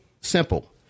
simple